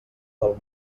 del